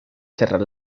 cerrar